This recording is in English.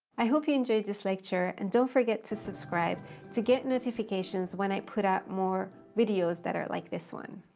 i hope you enjoyed this lecture and don't forget to subscribe to get notifications when i put out more videos that are like this one.